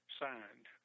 signed